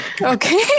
Okay